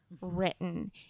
Written